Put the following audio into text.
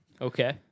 Okay